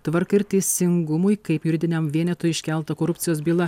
tvarka ir teisingumui kaip juridiniam vienetui iškelta korupcijos byla